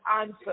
answer